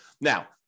Now